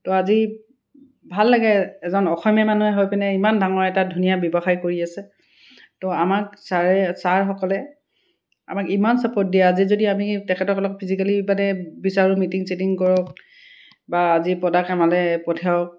তো আজি ভাল লাগে এজন অসমীয়া মানুহে হৈ পিনে ইমান ডাঙৰ এটা ধুনীয়া ব্যৱসায় কৰি আছে তো আমাক ছাৰে ছাৰসকলে আমাক ইমান চাপৰ্ট দিয়ে আজি যদি আমি তেখেতক অলপ ফিজিকেলি মানে বিচাৰোঁ মিটিং চেটিং কৰক বা আজি পদাক আমালৈ পঠিয়াওক